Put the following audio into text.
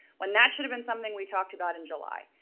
when that should've been something we talked about in july?